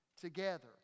together